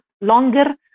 longer